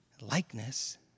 likeness